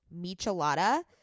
Michelada